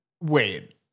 Wait